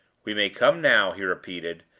we may come now, he repeated,